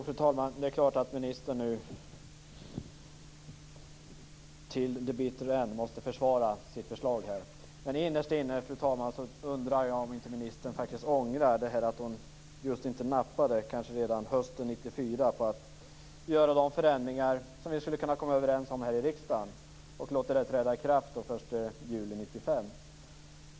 Fru talman! Det är klart att ministern nu till det bittra slutet måste försvara sitt förslag här. Jag undrar, fru talman, om inte ministern faktiskt ångrar att hon inte nappade redan hösten 1994 på att göra de förändringar som vi skulle ha kunnat komma överens om i riksdagen och låtit dem träda i kraft den 1 juli 1995.